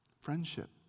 Friendship